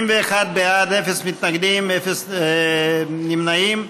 31 בעד, אין מתנגדים, אין נמנעים.